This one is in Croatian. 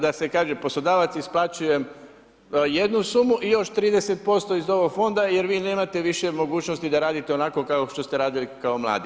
Da se kaže, poslodavac isplaćuje jednu sumu i još 30% iz ovog fonda jer vi nemate više mogućnosti da radite onako kao što ste radili kao mladi.